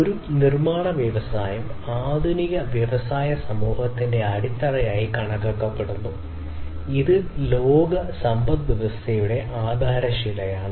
ഒരു നിർമ്മാണ വ്യവസായം ആധുനിക വ്യാവസായിക സമൂഹത്തിന്റെ അടിത്തറയായി കണക്കാക്കപ്പെടുന്നു ഇത് ലോക സമ്പദ്വ്യവസ്ഥയുടെ ആധാരശിലയാണ്